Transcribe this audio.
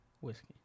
Whiskey